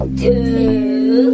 two